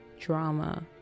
drama